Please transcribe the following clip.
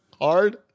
hard